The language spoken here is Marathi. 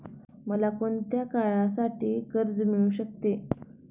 मला कोणत्या काळासाठी कर्ज मिळू शकते?